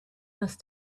must